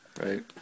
Right